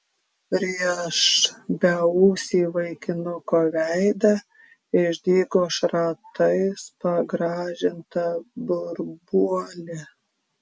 prieš beūsį vaikinuko veidą išdygo šratais pagrąžinta burbuolė